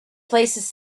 places